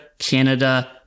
Canada